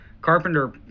carpenter